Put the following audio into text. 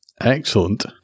excellent